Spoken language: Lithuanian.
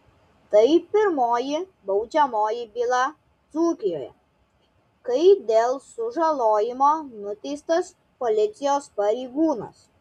tai pirmoji baudžiamoji byla dzūkijoje kai dėl sužalojimo nuteistas policijos pareigūnas